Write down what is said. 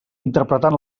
interpretant